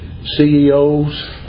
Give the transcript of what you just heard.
CEOs